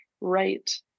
right